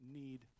need